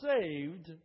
saved